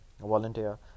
volunteer